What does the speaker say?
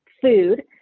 food